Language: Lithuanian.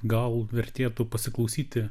gal vertėtų pasiklausyti